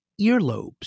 earlobes